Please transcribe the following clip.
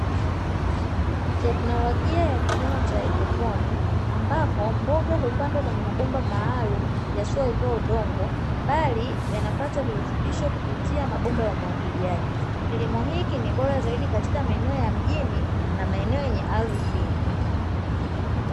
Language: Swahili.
Teknolojia ya kilimo cha hydroponi, ambapo mboga hupandwa kwenye mabomba maalumu yasiyowekewa udongo, bali yanapata virutubisho kupitia mabomba ya umwagiliaji, kilimo hiki ni bora zaidi katika maeneo ya mjini na maeneo yenye ardhi finyu.